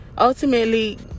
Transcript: Ultimately